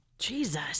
Jesus